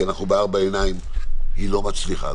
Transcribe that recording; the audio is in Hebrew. כי אנחנו בארבע עיניים: היא לא מצליחה.